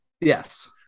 yes